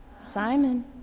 Simon